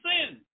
sin